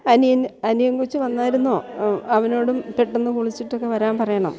അനിയൻ അനിയൻ കൊച്ച് വന്നായിരുന്നോ അവനോടും പെട്ടെന്നു കുളിച്ചിട്ടൊക്കെ വരാൻ പറയണം